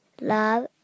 Love